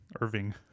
Irving